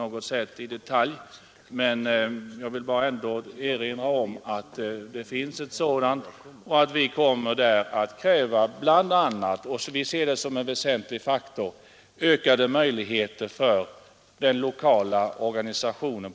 Jag tänker inte redogöra för detta program utan endast peka på att vi där kommer att kräva bland mycket annat ökade möjligheter till initiativ för den lokala skolorganisationen.